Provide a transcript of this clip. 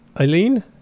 Eileen